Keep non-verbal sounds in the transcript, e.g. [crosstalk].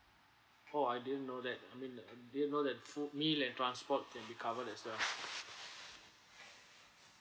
oh I didn't know that I mean the um didn't know that food meal and transport can be covered as well [noise]